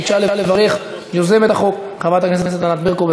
ביקשה לברך יוזמת החוק, חברת הכנסת ענת ברקו.